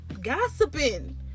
gossiping